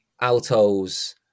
Alto's